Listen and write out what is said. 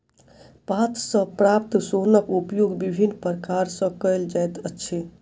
पात सॅ प्राप्त सोनक उपयोग विभिन्न प्रकार सॅ कयल जाइत अछि